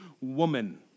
woman